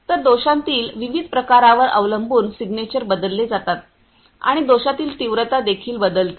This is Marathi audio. तर दोषातील विविध प्रकारांवर अवलंबून सिग्नेचर बदलले जातात आणि दोषातील तीव्रता देखील बदलते